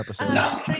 No